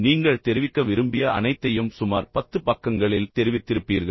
நீங்கள் தெரிவிக்க விரும்பிய அனைத்தையும் சுமார் பத்து பக்கங்களில் தெரிவித்திருப்பீர்கள்